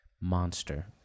Monster